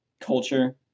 culture